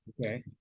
Okay